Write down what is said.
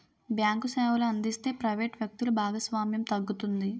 bank సేవలు అందిస్తే private వ్యక్తులు భాగస్వామ్యం తగ్గుతుంది